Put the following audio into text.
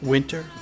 Winter